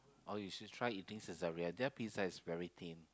oh you should try eating Saizeriya their pizza is very thin